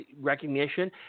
recognition